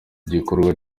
gikorwa